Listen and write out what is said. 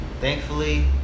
thankfully